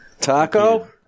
Taco